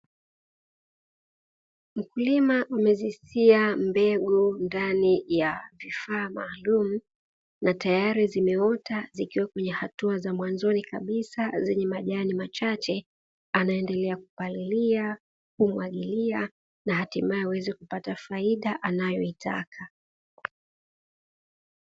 Mkulima amezisia mbegu ndani ya vifaa maalumu na tayari zimeota zikiwa kwenye hatua za mwanzoni kabisa zenye majani machache, anaendelea kupalilia, kumwagilia na hatimaye aweze kupata faida anayoitaka.